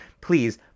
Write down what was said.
please